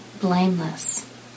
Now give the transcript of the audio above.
blameless